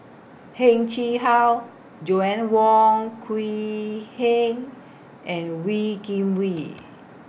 Heng Chee How Joanna Wong Quee Heng and Wee Kim Wee